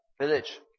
village